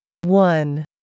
one